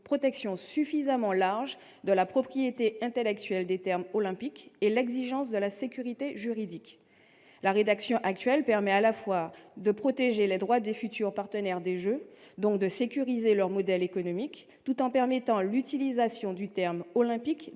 protection suffisamment large de la propriété intellectuelle des termes olympique et l'exigence de la sécurité juridique la rédaction actuelle permet à la fois de protéger les droits des futurs partenaires des Jeux, donc de sécuriser leur modèle économique, tout en permettant l'utilisation du terme olympique